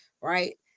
right